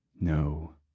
No